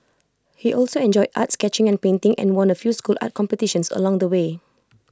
he also enjoyed art sketching and painting and won A few school art competitions along the way